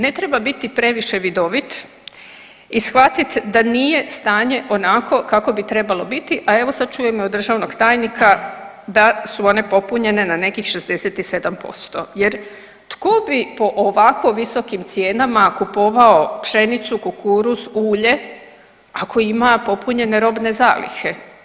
Ne treba biti previše vidovit i shvatit da nije stanje onako kako bi trebalo biti, a evo sad čujem i od državnog tajnika da su one popunjene na nekih 67% jer tko bi po ovako visokim cijenama kupovao pšenicu, kukuruz, ulje ako ima popunjene robne zalihe?